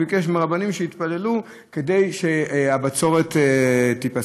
הוא ביקש מהרבנים שיתפללו כדי שהבצורת תיפסק.